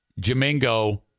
Jamingo